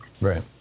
Right